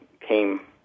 came